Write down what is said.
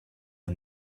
and